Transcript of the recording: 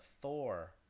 Thor